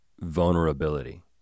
vulnerability